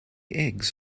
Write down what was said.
eggs